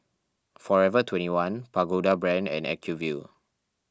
forever twenty one Pagoda Brand and Acuvue